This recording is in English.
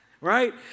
right